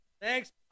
Thanks